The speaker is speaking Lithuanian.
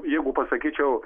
jeigu pasakyčiau